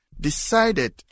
decided